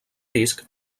disc